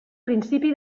principi